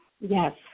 yes